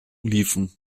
liefen